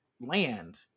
land